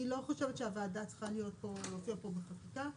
אני לא חושבת שהוועדה צריכה להופיע פה בחקיקה.